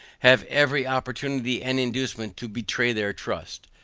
have every opportunity and inducement to betray their trust.